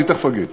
אני תכף אגיד.